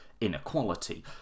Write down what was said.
inequality